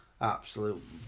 absolute